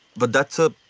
but that's a.